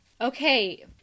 Okay